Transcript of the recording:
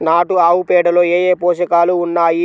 నాటు ఆవుపేడలో ఏ ఏ పోషకాలు ఉన్నాయి?